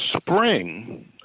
spring